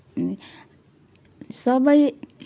सबै